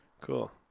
Cool